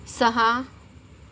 सहा